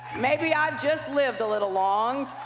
maybe i've just lived a little long,